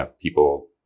people